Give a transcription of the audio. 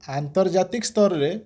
ଆନ୍ତର୍ ଯାତିକ୍ ସ୍ତରରେ